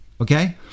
okay